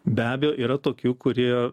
be abejo yra tokių kurie